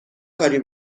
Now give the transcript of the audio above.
کاری